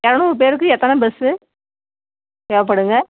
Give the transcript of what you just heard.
இரநூறு பேருக்கு எத்தனை பஸ்ஸு தேவைப்படுங்க